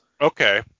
Okay